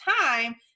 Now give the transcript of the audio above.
time